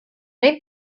name